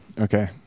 Okay